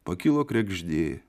pakilo kregždė